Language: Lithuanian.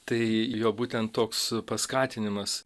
tai jo būtent toks paskatinimas